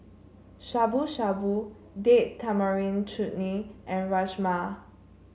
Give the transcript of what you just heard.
Shabu Shabu Date Tamarind Chutney and Rajma